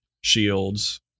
shields